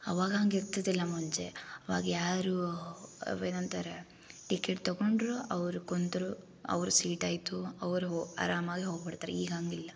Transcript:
ಅವಾಗ ಹಂಗೆ ಇರ್ತಿದ್ದಿಲ್ಲ ಮುಂಚೆ ಅವಾಗ ಯಾರೂ ಅವ್ರು ಏನಂತಾರೆ ಟಿಕೆಟ್ ತಗೊಂಡ್ರು ಅವ್ರು ಕೂತ್ರು ಅವ್ರ ಸೀಟ್ ಆಯ್ತು ಅವ್ರು ಆರಾಮಾಗಿ ಹೋಗ್ಬಿಡ್ತಾರೆ ಈಗ ಹಂಗಿಲ್ಲ